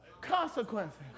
consequences